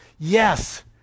Yes